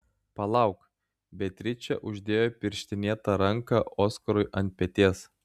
palauk beatričė uždėjo pirštinėtą ranką oskarui ant peties